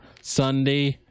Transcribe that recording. Sunday